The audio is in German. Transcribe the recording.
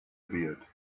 wird